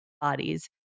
bodies